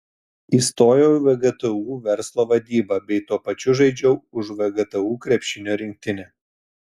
įstojau į vgtu verslo vadybą bei tuo pačiu žaidžiau už vgtu krepšinio rinktinę